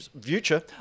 future